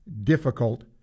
difficult